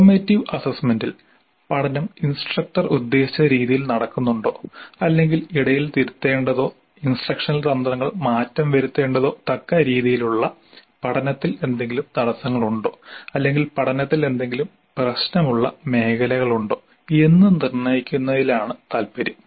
formative അസസ്മെന്റിൽ പഠനം instructor ഉദ്ദേശിച്ച രീതിയിൽ നടക്കുന്നുണ്ടോ അല്ലെങ്കിൽ ഇടയിൽ തിരുത്തേണ്ടതോ ഇൻസ്ട്രക്ഷനൽ തന്ത്രങ്ങൾ മാറ്റം വരുത്തേണ്ടതോ തക്ക രീതിയിലുള്ള പഠനത്തിൽ എന്തെങ്കിലും തടസ്സങ്ങളുണ്ടോ അല്ലെങ്കിൽ പഠനത്തിൽ എന്തെങ്കിലും പ്രശ്നമുള്ള മേഖലകൾ ഉണ്ടോ എന്ന് നിർണ്ണയിക്കുന്നതിലാണ് താൽപ്പര്യം